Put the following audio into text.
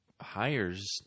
hires